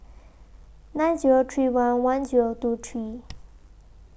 nine Zero three one one Zero two three